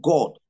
God